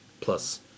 Plus